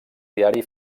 diari